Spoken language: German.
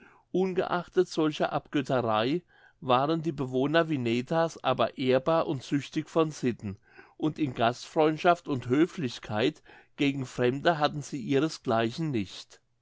ungeachtet solcher abgötterei waren die bewohner winetas aber ehrbar und züchtig von sitten und in gastfreundschaft und höflichkeit gegen fremde hatten sie ihres gleichen nicht